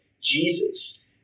Jesus